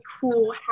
cool